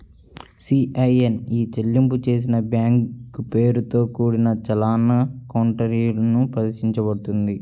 CIN e చెల్లింపు చేసిన bank పేరుతో కూడిన చలాన్ కౌంటర్ఫాయిల్ ప్రదర్శించబడుతుంది